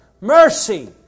Mercy